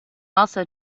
also